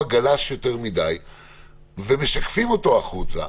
באמת גלש יותר מדי ומשקפים אותו החוצה,